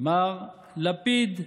מר לפיד,